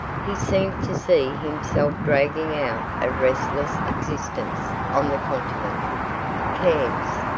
he seemed to see himself dragging out a restless existence on the continent cannes,